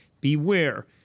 beware